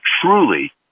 truly